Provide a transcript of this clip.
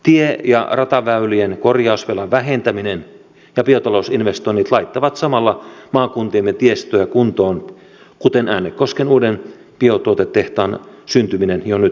tie ja rataväylien korjausvelan vähentäminen ja biotalousinvestoinnit laittavat samalla maakuntiemme tiestöä kuntoon kuten äänekosken uuden biotuotetehtaan syntyminen jo nyt osoittaa